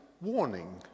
warning